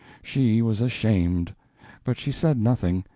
she was ashamed but she said nothing,